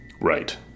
Right